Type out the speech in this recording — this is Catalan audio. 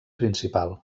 principal